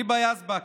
היבא יזבק,